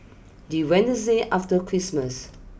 the Wednesday after Christmas